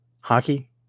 hockey